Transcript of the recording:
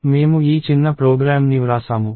మేము ఈ చిన్న ప్రోగ్రామ్ ని వ్రాసాము